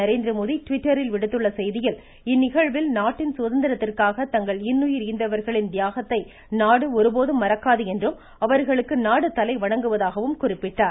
நரேந்திரமோடி ட்விட்டரில் இன்று விடுத்துள்ள செய்தியில் இந்நிகழ்வில் நாட்டின் சுதந்திரத்திற்காக தங்கள் இன்னுயிர் ஈந்தவர்களின் தியாகத்தை நாடு ஒருபோதும் மறக்காது என்றும் அவர்களுக்கு நாடு தலைவணங்குவதாகவும் குறிப்பிட்டார்